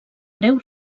breu